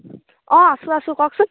অঁ আছো আছো কওকচোন